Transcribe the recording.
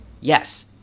Yes